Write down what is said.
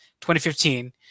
2015